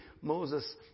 Moses